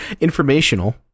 informational